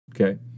Okay